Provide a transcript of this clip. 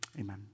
amen